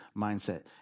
mindset